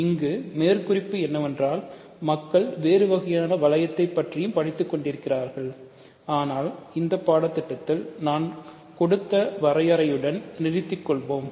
இங்கு மேற்குறிப்பு என்னவென்றால் மக்கள் வேறு வகையான வளையத்தை பற்றியும் படித்துக் கொண்டிருக்கிறார்கள் ஆனால் இந்த பாடத்திட்டத்தில் நான் கொடுத்த வரையறையுடன் நிறுத்திக் கொள்வோம்